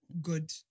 good